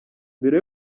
mbere